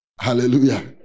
Hallelujah